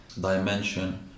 dimension